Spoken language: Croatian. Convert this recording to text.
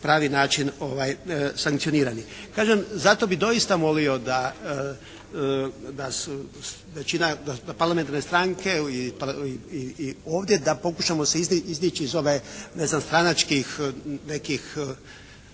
pravi način sankcionirani. Kažem, zato bih doista molio da većina, da parlamentarne stranke i ovdje da pokušamo se izdići iz ovih stranačkih nekih